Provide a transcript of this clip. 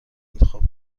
انتخاب